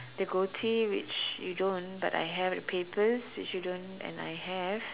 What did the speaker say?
the goatee which you don't but I have hw papers which you don't and I have